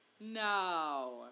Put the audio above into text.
No